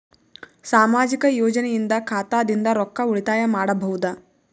ಸಾಮಾಜಿಕ ಯೋಜನೆಯಿಂದ ಖಾತಾದಿಂದ ರೊಕ್ಕ ಉಳಿತಾಯ ಮಾಡಬಹುದ?